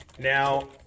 Now